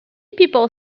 people